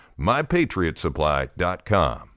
MyPatriotSupply.com